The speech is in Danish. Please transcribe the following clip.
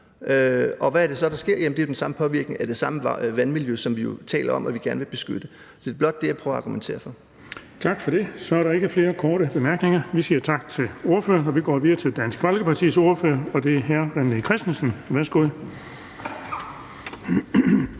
Og hvad er det så, der sker? Det er jo den samme påvirkning af det samme vandmiljø, som vi jo taler om at vi gerne vil beskytte. Så det er blot det, jeg prøver at argumentere for. Kl. 14:21 Den fg. formand (Erling Bonnesen): Tak for det. Så er der ikke flere korte bemærkninger. Vi siger tak til ordføreren og går videre til Dansk Folkepartis ordfører, og det er hr. René Christensen. Værsgo.